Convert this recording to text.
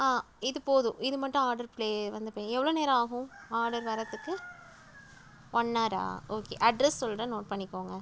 இது போதும் இது மட்டும் ஆடர் ப்ளே வந்து பே எவ்வளோ நேரம் ஆகும் ஆடர் வரதுக்கு ஒன் ஆராக ஓகே அட்ரெஸ் சொல்கிறேன் நோட் பண்ணிக்கோங்க